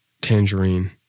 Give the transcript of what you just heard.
tangerine